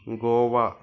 Goa